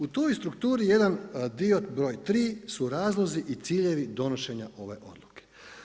U toj strukturi jedan dio broj 3 su razlozi i ciljevi donošenja ove odluke.